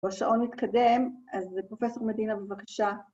‫השעון מתקדם, ‫אז זה פרופ' מדינה בבקשה.